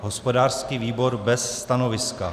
Hospodářský výbor bez stanoviska.